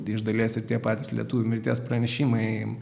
iš dalies ir tie patys lietuvių mirties pranešimai